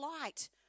light